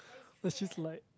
I was just like